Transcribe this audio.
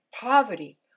poverty